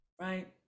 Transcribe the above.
right